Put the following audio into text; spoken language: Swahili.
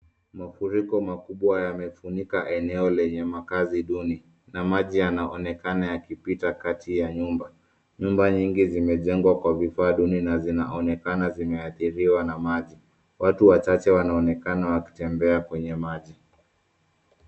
Mafuriko makubwa yamefunika eneo lenye makaazi duni na maji yanaonekana yakipita kati ya nyumba. Nyumba nyingi zimejengwa kwa vifaa duni na zinaonekana zimeadhiriwa na maji. Watu wachache wanaonekana wakitembea kwenye maji.